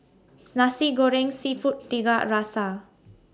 Nasi Goreng Seafood Tiga Rasa